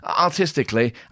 artistically